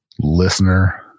listener